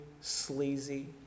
sleazy